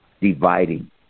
dividing